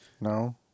No